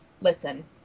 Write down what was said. listen